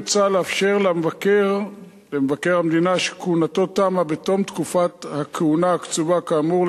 מוצע לאפשר למבקר המדינה שכהונתו תמה בתום תקופת הכהונה הקצובה כאמור,